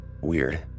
Weird